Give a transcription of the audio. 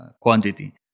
quantity